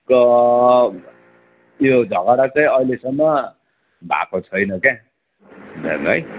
यो झगडा चाहिँ यो अहिलेसम्म भएको छैन क्या